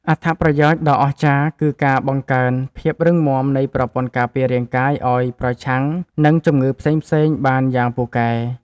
អត្ថប្រយោជន៍ដ៏អស្ចារ្យ គឺការបង្កើនភាពរឹងមាំនៃប្រព័ន្ធការពាររាងកាយឱ្យប្រឆាំងនឹងជំងឺផ្សេងៗបានយ៉ាងពូកែ។